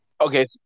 okay